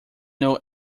know